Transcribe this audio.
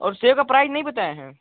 और सेब का प्राइज नहीं बतायें हैं